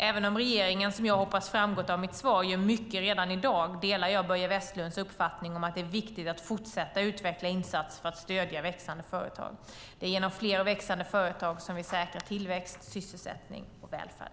Även om regeringen gör mycket redan i dag, vilket jag hoppas har framgått av mitt svar, delar jag Börje Vestlunds uppfattning att det är viktigt att fortsätta utveckla insatser för att stödja växande företag. Det är genom fler och växande företag som vi säkrar tillväxt, sysselsättning och välfärd.